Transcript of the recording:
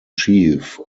chief